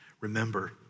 Remember